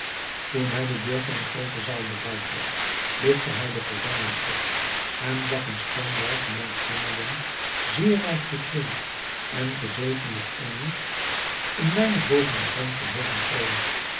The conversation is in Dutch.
toen hij de deur van eene groote zaal bereikt had ligtte hij de gordijn op en zag een schoon welgemaakt jongeling zeer rijk gekleed en gezeten op eenen een weinig boven den grond verheven troon